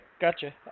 gotcha